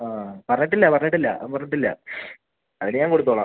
ആ പറഞ്ഞിട്ടില്ല പറഞ്ഞിട്ടില്ല അവൻ പറഞ്ഞിട്ടില്ല അതിന് ഞാൻ കൊടുത്തോളം